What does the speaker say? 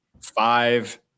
five